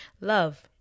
Love